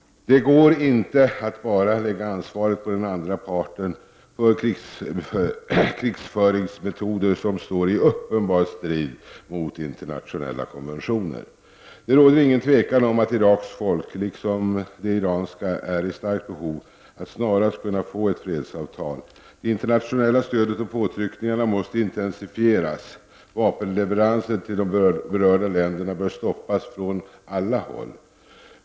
Det går inte att bara lägga ansvaret på den andra par ten för krigföringsmetoder som står i uppenbar strid mot internationella konventioner. Det råder ingen tvekan om att Iraks folk liksom folket i Iran är i starkt behov av att snarast kunna få ett fredsavtal. Det internationella stödet och påtryckningarna måste intensifieras. Vapenleveranser till de berörda länderna bör stoppas från alla håll.